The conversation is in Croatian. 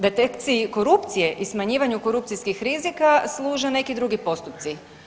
Detekciji korupcije i smanjivanju korupcijskih rizika služe neki drugi postupci.